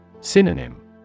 Synonym